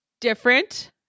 Different